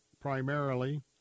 primarily